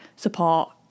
support